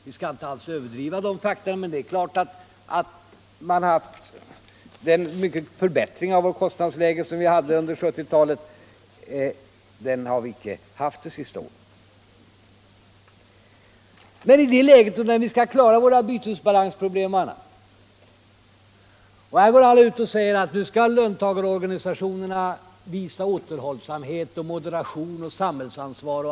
Vi skall inte överdriva det problemet, men det är uppenbart att kostnadsläget nu är sämre än det var tidigare under 1970-talet. När vi i det nuvarande kostnadsläget skall klara våra bytesbalansproblem och andra svårigheter, uppmanas löntagarorganisationerna att visa återhållsamhet, moderation och samhällsansvar.